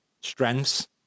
strengths